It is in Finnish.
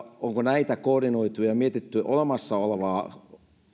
onko näitä koordinoitu ja mietitty olemassa olevaa